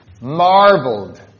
marveled